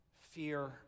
fear